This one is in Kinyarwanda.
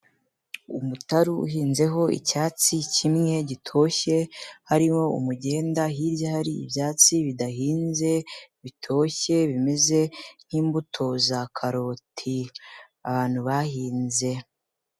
Umutari uhinzeho icyatsi kimwe gitoshye, hariho umugenda, hirya hari ibyatsi bidahinze bitoshye, bimeze nk'imbuto za karoti abantu bahinze.